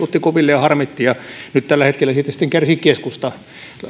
otti koville ja harmitti nyt tällä hetkellä siitä sitten kärsii keskusta